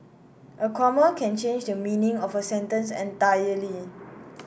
a comma can change the meaning of a sentence entirely